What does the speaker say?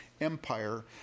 Empire